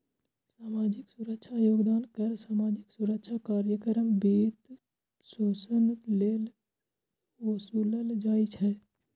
सामाजिक सुरक्षा योगदान कर सामाजिक सुरक्षा कार्यक्रमक वित्तपोषण लेल ओसूलल जाइ छै